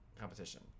competition